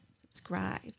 Subscribe